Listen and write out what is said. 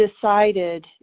decided